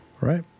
Right